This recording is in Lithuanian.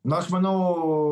nu aš manau